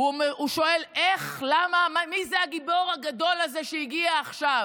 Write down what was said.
הוא שואל: מי זה הגיבור הגדול הזה שהגיע עכשיו?